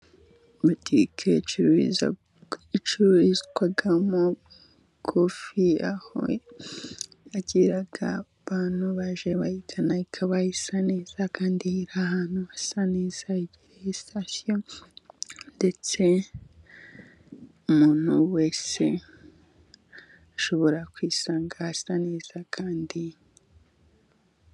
Butike icururizwamo kofi, aho yakira abantu baje bayigana. Ikaba isa neza kandi iri ahantu hasa neza, igihe uyifashe. Ndetse umuntu wese ashobora kuyisanga ahasa neza kandi...